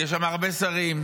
יש שם הרבה שרים,